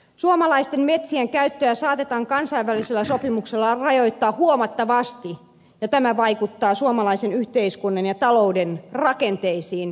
suomalaisten metsien käyttöä saatetaan kansainvälisillä sopimuksilla rajoittaa huomattavasti ja tämä vaikuttaa suomalaisen yhteiskunnan ja talouden rakenteisiin merkittävästi